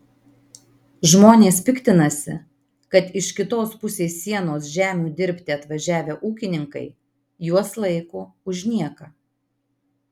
žmonės piktinasi kad iš kitos pusės sienos žemių dirbti atvažiavę ūkininkai juos laiko už nieką